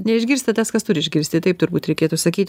neišgirsta tas kas turi išgirsti taip turbūt reikėtų sakyti